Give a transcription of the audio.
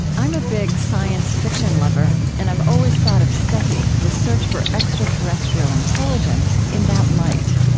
i'm a big science fiction lover, and i've always thought of seti, the search for extraterrestrial intelligence, in that light.